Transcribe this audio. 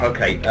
Okay